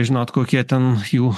žinot kokie ten jų